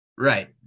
Right